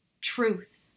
truth